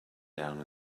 down